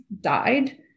died